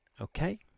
Okay